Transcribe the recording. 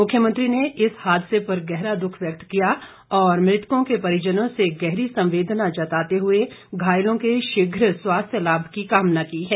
मुख्यमंत्री ने इस हादसे पर गहरा दुःख व्यक्त किया और मृतकों के परिजनों से गहरी संवेदना जताते हुए घायलों के शीघ्र स्वास्थ्य लाभ की कामना की है